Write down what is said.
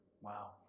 Wow